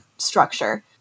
structure